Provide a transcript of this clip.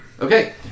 Okay